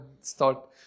start